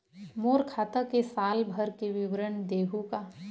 मोर खाता के साल भर के विवरण देहू का?